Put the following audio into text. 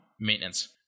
maintenance